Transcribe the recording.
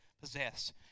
possess